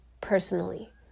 personally